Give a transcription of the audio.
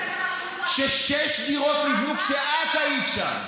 שש דירות נבנו כשאת היית שם.